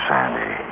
Sandy